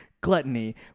Gluttony